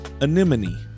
Anemone